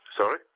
Sorry